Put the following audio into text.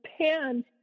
pan